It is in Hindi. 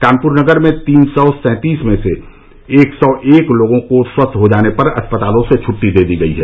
कानपुर नगर में तीन सौ सैंतीस में से तीन सौ एक लोगों को स्वस्थ हो जाने पर अस्पतालों से छुट्टी दे दी गई है